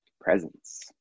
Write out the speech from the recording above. presence